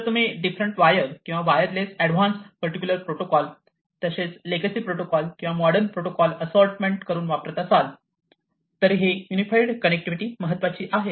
जरी तुम्ही different wire किंवा वायरलेस एडव्हान्स पर्टिक्युलर प्रोटोकॉल तसेच लेगसी प्रोटोकॉल किंवा मॉडर्न प्रोटोकॉल असोर्टमेन्ट करून वापरत असाल तरीही युनिफाईड कनेक्टिविटी महत्त्वाची आहे